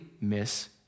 miss